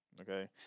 Okay